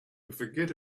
forget